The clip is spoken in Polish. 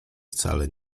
wcale